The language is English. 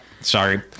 Sorry